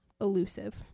Elusive